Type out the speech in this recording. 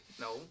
No